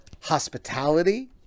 hospitality